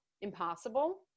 impossible